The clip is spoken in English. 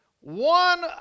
one